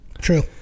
True